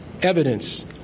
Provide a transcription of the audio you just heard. evidence